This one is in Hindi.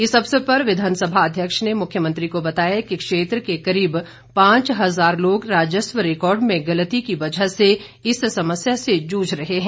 इस अवसर पर विधानसभा अध्यक्ष ने मुख्यमंत्री को बताया कि क्षेत्र के करीब पांच हजार लोग राजस्व रिकॉर्ड में गलती की वजह से इस समस्या से जूझ रहे हैं